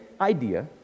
idea